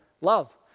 love